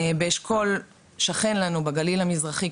באשכול שכן לנו בגליל המזרחי,